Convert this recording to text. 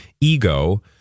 ego